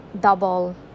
double